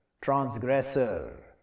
transgressor